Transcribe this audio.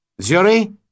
Zuri